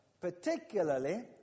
particularly